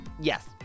Yes